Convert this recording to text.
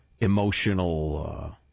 emotional